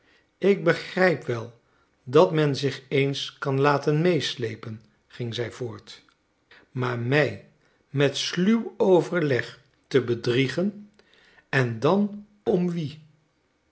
ik begrijp wel dat men zich eens kan laten meeslepen ging zij voort maar mij met sluw overleg te bedriegen en dan om wie